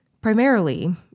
Primarily